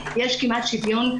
יש כמעט שוויון,